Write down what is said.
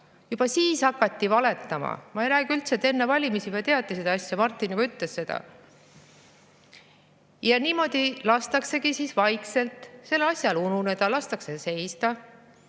Juba siis hakati valetama. Ma ei räägi üldse sellest, et enne valimisi juba teati seda asja, Martin juba ütles seda. Ja niimoodi lastaksegi siis vaikselt sellel asjal ununeda, lastakse seista,